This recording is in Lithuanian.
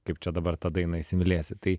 kaip čia dabar tą dainą įsimylėsi tai